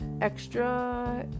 extra